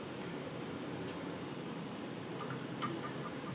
uh